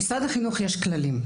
במשרד החינוך יש כללים,